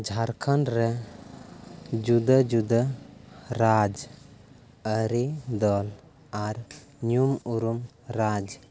ᱡᱷᱟᱨᱠᱷᱚᱸᱰ ᱨᱮ ᱡᱩᱫᱟᱹ ᱡᱩᱫᱟᱹ ᱨᱟᱡᱽ ᱟᱹᱨᱤᱫᱚᱞ ᱟᱨ ᱧᱩᱢ ᱩᱨᱩᱢ ᱨᱟᱡᱽ